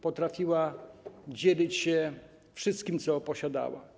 Potrafiła dzielić się wszystkim, co posiadała.